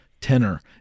tenor